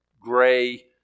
gray